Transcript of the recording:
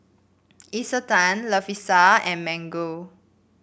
Isetan Lovisa and Mango